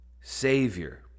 Savior